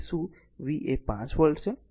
તેથી શું V એ 5 વોલ્ટ છે